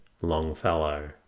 Longfellow